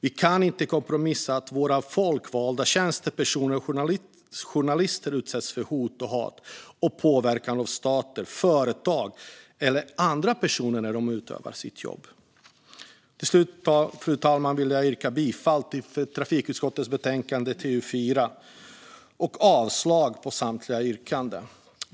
Vi kan inte kompromissa när våra folkvalda, tjänstepersoner och journalister utsätts för hot, hat och påverkan av stater, företag eller andra personer när de utövar sitt jobb. Till slut, fru talman, vill jag yrka bifall till förslaget i trafikutskottets betänkande TU4 och avslag på samtliga yrkanden.